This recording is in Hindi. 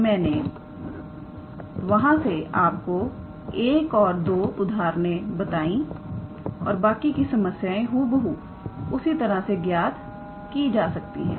तो मैंने वहां पर आपको 1 या 2 उदाहरण बताएं और बाकी की समस्याएं हूबहू उसी तरह से ज्ञात की जा सकती है